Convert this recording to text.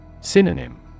Synonym